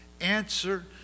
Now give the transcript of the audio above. Answer